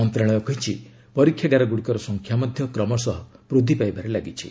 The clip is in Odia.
ମନ୍ତ୍ରଣାଳୟ କହିଛି ପରୀକ୍ଷାଗାରଗୁଡ଼ିକର ସଂଖ୍ୟା ମଧ୍ୟ କ୍ରମଶଃ ବୃଦ୍ଧି ପାଇବାରେ ଲାଗିଛି